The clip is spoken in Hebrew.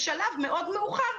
בשלב מאוד מאוחר,